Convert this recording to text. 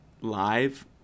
live